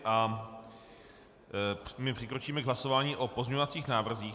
A my přikročíme k hlasování o pozměňovacích návrzích.